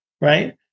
right